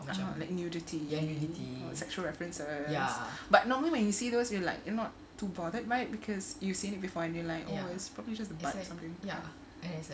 (uh huh) like nudity or sexual references uh ya but normally when you see those you like you're not too bothered by it because you've seen it before and they're like ending oh it's probably just the butt or something